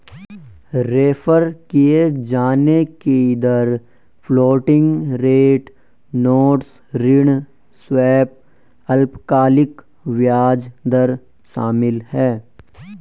refer किये जाने की दर फ्लोटिंग रेट नोट्स ऋण स्वैप अल्पकालिक ब्याज दर शामिल है